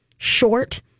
short